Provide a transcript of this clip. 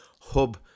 hub